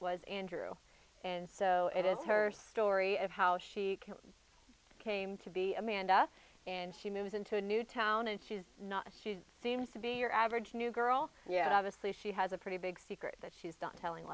was andrew and so it is her story and how she came to be amanda and she moves into a new town and she's not she seems to be your average new girl yet obviously she has a pretty big secret that she's done telling